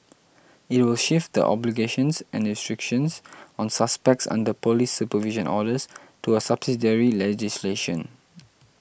it will shift the obligations and restrictions on suspects under police supervision orders to a subsidiary legislation